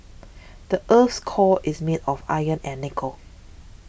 the earth's core is made of iron and nickel